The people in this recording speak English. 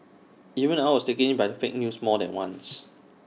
even I was taken in by fake news more than once